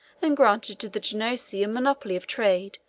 and granted to the genoese a monopoly of trade,